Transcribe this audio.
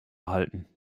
halten